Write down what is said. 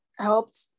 Helped